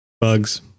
bugs